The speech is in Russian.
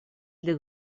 для